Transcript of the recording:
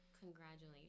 congratulations